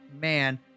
man